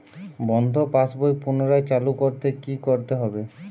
বন্ধ পাশ বই পুনরায় চালু করতে কি করতে হবে?